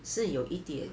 是有一点